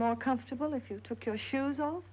more comfortable if you took your shoes off